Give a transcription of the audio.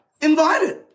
invited